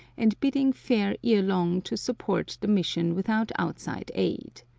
and bidding fair ere long to support the mission without outside aid.